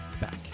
back